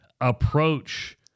approach